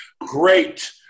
great